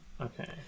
Okay